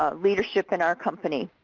ah leadership in our company.